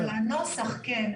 אבל הנוסח כן.